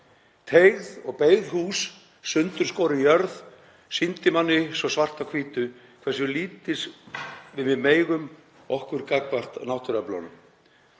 Teygð og beygð hús, sundurskorin jörð sýndi manni svo svart á hvítu hversu lítils við megum okkar gagnvart náttúruöflunum.